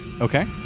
Okay